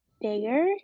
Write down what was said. bigger